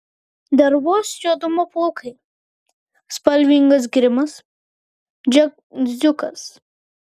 dervos juodumo plaukai spalvingas grimas džiaziukas